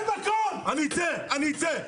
אני אצא, אני אצא.